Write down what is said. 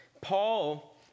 Paul